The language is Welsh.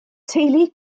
teulu